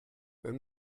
wenn